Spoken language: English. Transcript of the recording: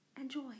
enjoy